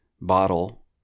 Bottle